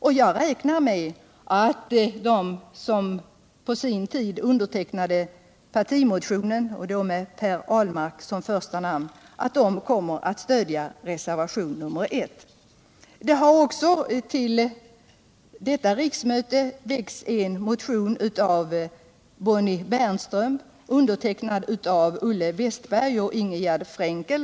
Jag räknar med att de som på sin tid undertecknade partimotionen med Per Ahlmark som första namn kommer Det har också till detta riksmöte väckts en motion 1977/78:1499 av Bonnie Bernström, undertecknad även av Olle Wästberg i Stockholm och Ingegärd Frenkel.